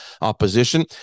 opposition